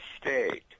state